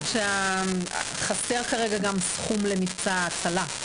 אני יודעת שחסר כרגע גם סכום למבצע ההצלה,